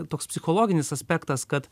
toks psichologinis aspektas kad